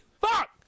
Fuck